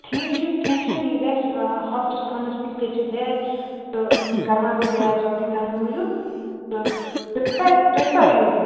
ٹھیٖک چھُ کیٚنٛہہ چھُنہٕ یہِ گژھہِ ٲں ہَفتَس کھنٛڈَس منٛز گژھہِ یہِ تَیار تہٕ یہِ کَرٕناو بہٕ تیار جلدی تُہنٛدِ موٗجوٗب تہٕ تُہۍ کَر تُہۍ کَر یِیِو تیٚلہِ